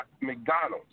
McDonald's